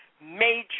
major